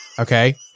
okay